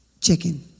Chicken